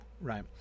right